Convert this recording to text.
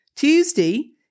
Tuesday